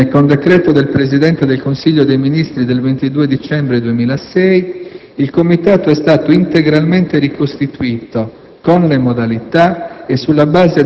Infine, con decreto del Presidente del Consiglio dei ministri del 22 dicembre 2006, il comitato è stato integralmente ricostituito con le modalità